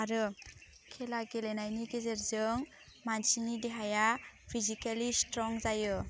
आरो खेला गेलेनायनि गेजेरजों मानसिनि देहाया फिजिकेलि सिथ्रं जायो